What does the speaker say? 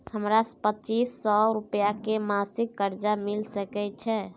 हमरा पच्चीस सौ रुपिया के मासिक कर्जा मिल सकै छै?